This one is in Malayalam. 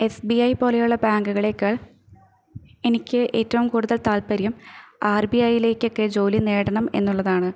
എസ് ബി ഐ പോലെയുള്ള ബാങ്കുകളേക്കാൾ എനിക്ക് ഏറ്റവും കൂടുതൽ താല്പര്യം ആർ ബി ഐയിലേക്ക് ഒക്കെ ജോലി നേടണം എന്നുള്ളതാണ്